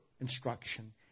instruction